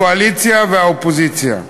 הקואליציה והאופוזיציה,